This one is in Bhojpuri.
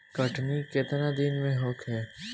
कटनी केतना दिन में होखे?